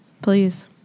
Please